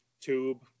tube